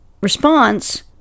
response